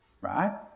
right